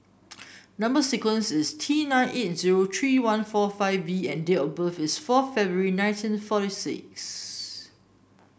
number sequence is T nine eight zero three one four five V and date of birth is four February nineteen forty six